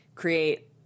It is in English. create